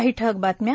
काही ठळक बातम्या